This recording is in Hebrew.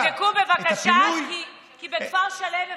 תבדקו, בבקשה, כי בכפר שלם מפנים.